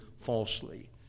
falsely